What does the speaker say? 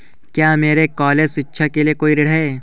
क्या मेरे कॉलेज शिक्षा के लिए कोई ऋण है?